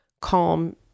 calm